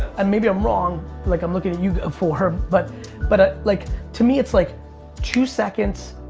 and maybe i'm wrong like i'm looking at you go for, but but like to me, it's like two seconds,